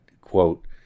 quote